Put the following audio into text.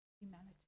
humanity